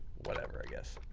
whatever, i guess.